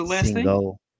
single